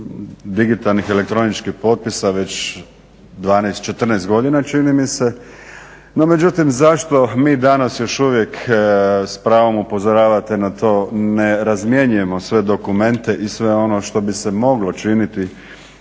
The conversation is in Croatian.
Ne razmjenjujemo sve dokumente i sve ono što bi se moglo činiti